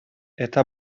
eta